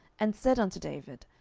and said unto david,